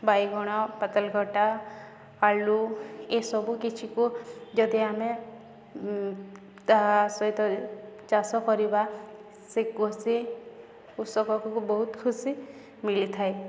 ବାଇଗଣ ପାତଲଘଟା ଆଳୁ ଏସବୁ କିଛିକୁ ଯଦି ଆମେ ତା'ସହିତ ଚାଷ କରିବା ସେ କୃଷି କୃଷକକୁ ବହୁତ ଖୁସି ମିଳିଥାଏ